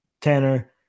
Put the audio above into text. Tanner